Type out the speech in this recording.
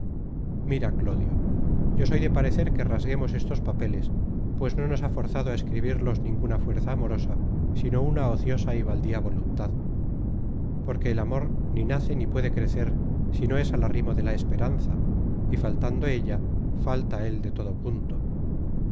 mira clodio yo soy de parecer que rasguemos estos papeles pues no nos ha forzado á escribirlos ninguna fuerza amorosa sino una ociosa y baldía voluntad porque el amor ni nace ni puede crecer si no es al arrimo de la esperanza y faltando ella falta él de todo punto